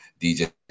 DJ